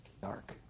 dark